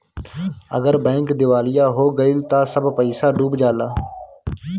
अगर बैंक दिवालिया हो गइल त सब पईसा डूब जाला